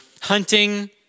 hunting